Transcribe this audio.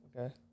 Okay